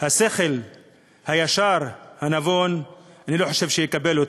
השכל הישר, הנבון, אני לא חושב שיקבל אותה.